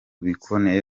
bikomeye